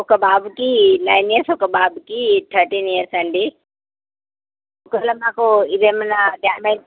ఒక బాబుకి nine years ఒక బాబుకి థర్టీన్ ఇయర్స్ అండి ఒకవేళ మాకు ఇదేమన్నా డ్యామేజ్